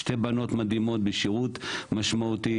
שתי בנות מדהימות בשירות משמעותי.